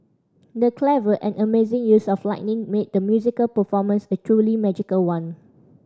the clever and amazing use of lighting made the musical performance a truly magical one